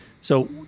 So-